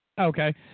Okay